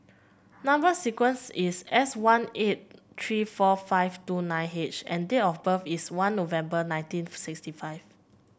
number sequence is S one eight three four five two nine H and date of birth is one November nineteen sixty five